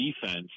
defense